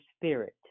spirit